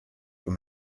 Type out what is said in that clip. und